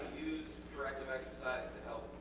use corrective exercise to help